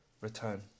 return